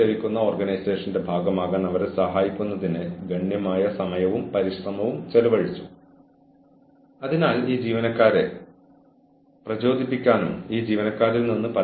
പക്ഷേ ഒരാളുടെ പെരുമാറ്റം വിജയിക്കാനും മാറ്റാനും നിങ്ങൾ ജീവനക്കാരന് എല്ലാ അവസരങ്ങളും എല്ലാ പിന്തുണയും നൽകുന്നു